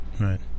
Right